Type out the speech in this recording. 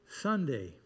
Sunday